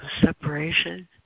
separation